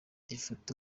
ifoto